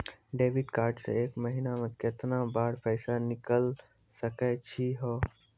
Debit card से एक महीना मा केतना बार पैसा निकल सकै छि हो?